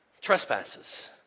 Trespasses